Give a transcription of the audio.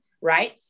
right